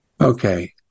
Okay